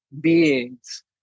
beings